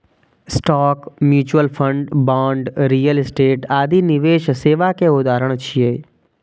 stock, mutual fund, bond, real estate आदि निवेश सेवा के उदाहरण छियै